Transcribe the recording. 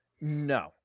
No